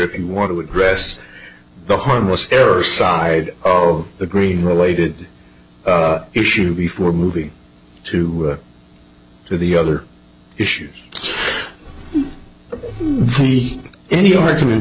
if you want to address the harmless error side of the green related issue before moving to the other issues for me any argument